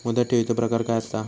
मुदत ठेवीचो प्रकार काय असा?